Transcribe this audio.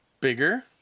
bigger